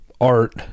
art